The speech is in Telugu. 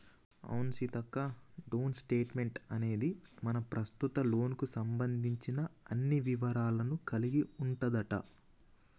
అవును సీతక్క డోంట్ స్టేట్మెంట్ అనేది మన ప్రస్తుత లోన్ కు సంబంధించిన అన్ని వివరాలను కలిగి ఉంటదంట